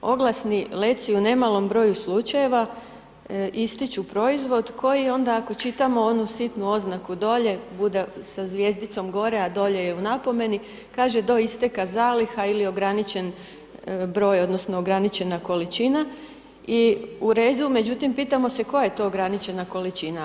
Oglasni leci u nemalom broju slučajeva ističu proizvod koji onda ako čitamo onu sitnu oznaku dolje, bude sa zvjezdicom gore, a dolje je u napomeni, kaže do isteka zaliha ili ograničen broj, odnosno, ograničena količina i u redu, međutim, pitamo se koja je to ograničena količina.